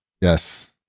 Yes